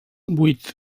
vuit